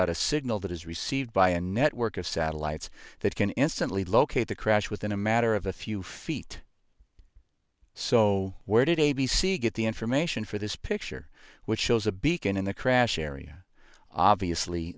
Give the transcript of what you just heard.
out a signal that is received by a network of satellites that can instantly locate the crash within a matter of a few feet so where did a b c get the information for this picture which shows a beacon in the crash area obviously